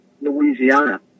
Louisiana